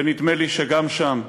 ונדמה לי שגם שם,